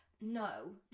no